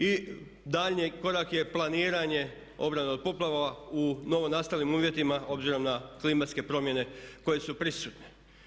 I daljnji korak je planiranje obrana od poplava u novo nastalim uvjetima obzirom na klimatske promjene koje su prisutne.